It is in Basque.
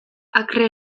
akre